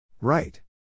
Right